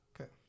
Okay